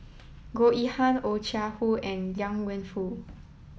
Goh Yihan Oh Chai Hoo and Liang Wenfu